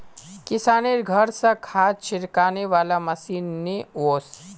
किशनेर घर स खाद छिड़कने वाला मशीन ने वोस